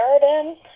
Garden